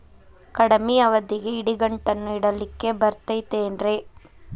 ಕಡಮಿ ಅವಧಿಗೆ ಇಡಿಗಂಟನ್ನು ಇಡಲಿಕ್ಕೆ ಬರತೈತೇನ್ರೇ?